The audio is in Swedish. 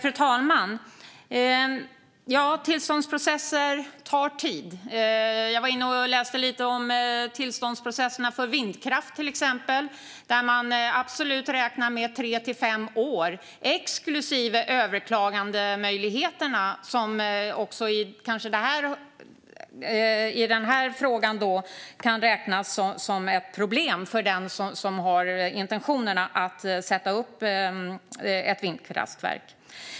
Fru talman! Tillståndsprocesser tar tid. Jag var inne och läste lite om tillståndsprocesserna för vindkraft till exempel, och där räknar man med tre till fem år - exklusive överklagandemöjligheterna, som i den här frågan kan räknas som ett problem för den som har intentionen att sätta upp ett vindkraftverk.